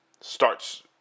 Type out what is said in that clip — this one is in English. starts